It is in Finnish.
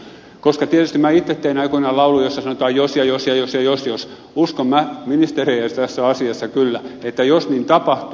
koska tietysti minä itse tein aikoinaan laulun jossa sanotaan jos ja jos ja jos ja jos jos uskon minä ministeriä tässä asiassa kyllä jos niin tapahtuu